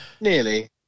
nearly